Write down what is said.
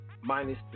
Minus